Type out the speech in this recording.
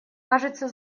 кажется